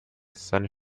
seine